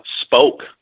spoke